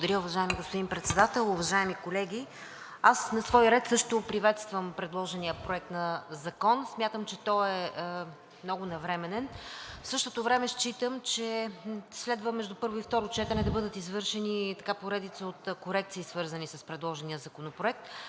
Благодаря, уважаеми господин Председател. Уважаеми колеги! Аз на свой ред също приветствам предложения Проект на закон, смятам, че той е много навременен, в същото време считам, че следва между първо и второ четене да бъдат извършени поредица от корекции, свързани с предложения законопроект